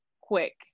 quick